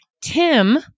Tim